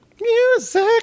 Music